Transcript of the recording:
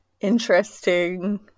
interesting